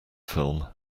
film